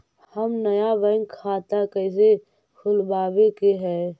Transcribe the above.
हम नया बैंक खाता कैसे खोलबाबे के है?